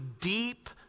deep